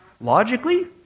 Logically